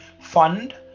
fund